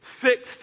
fixed